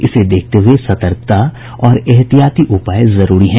इसे देखते हुए सतर्कता और एहतियाती उपाय जरूरी हैं